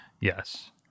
yes